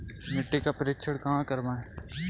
मिट्टी का परीक्षण कहाँ करवाएँ?